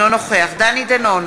אינו נוכח רוברט אילטוב,